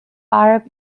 arab